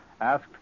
asked